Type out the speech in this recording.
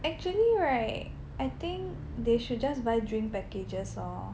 actually right I think they should just buy drink packages lor